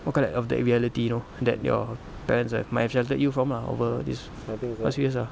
what you call that of that reality you know that your parents have might should have led you from lah over these past few years lah